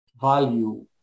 value